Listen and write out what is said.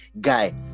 guy